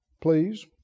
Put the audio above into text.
please